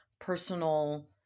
personal